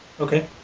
Okay